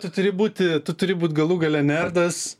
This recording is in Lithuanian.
tu turi būti tu turi būti galų gale nerdas